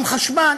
גם חשמל